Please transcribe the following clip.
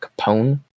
Capone